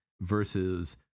versus